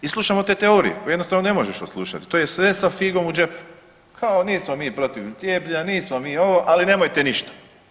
I slušamo te teorije koje jednostavno ne možeš odslušati, to je sve sa figom u džepu kao nismo mi protiv cijepljenja, nismo mi ovo ali nemojte ništa.